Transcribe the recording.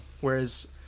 Whereas